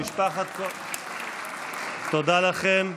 תודה לכם.